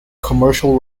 commercial